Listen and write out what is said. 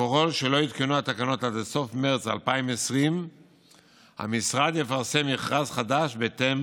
שככל שלא יותקנו התקנות עד לסוף מרץ 2020 המשרד יפרסם מכרז חדש בהתאם